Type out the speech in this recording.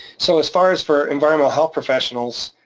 so as far as for environmental health professionals,